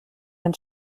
ein